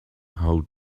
how